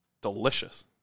Delicious